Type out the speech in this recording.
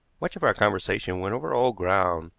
much of our conversation went over old ground,